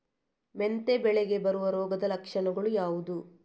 ಮೆಂತೆ ಬೆಳೆಗೆ ಬರುವ ರೋಗದ ಲಕ್ಷಣಗಳು ಯಾವುದು?